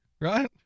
right